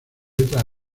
letras